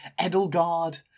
Edelgard